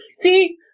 See